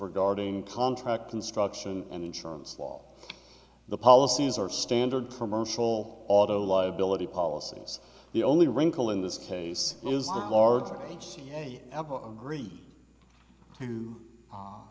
regarding contract construction and insurance law the policies are standard commercial auto liability policies the only wrinkle in this case is the larger h c a agreed to